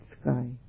sky